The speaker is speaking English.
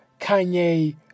Kanye